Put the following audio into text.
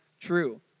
true